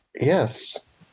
Yes